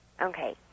Okay